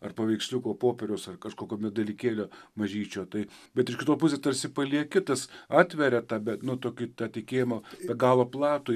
ar paveiksliuko popieriaus ar kažkokio medalikėlio mažyčio tai bet iš kitos pusės tarsi palieki tas atveria tave nu tokį tą tikėjimą be galo platų